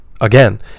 again